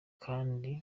kandi